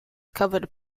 covered